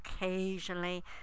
occasionally